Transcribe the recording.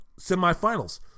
semifinals